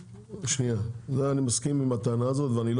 זה אני מסכים עם הטענה הזאת ואני לא